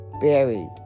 buried